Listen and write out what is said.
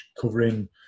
covering